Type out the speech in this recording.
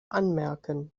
anmerken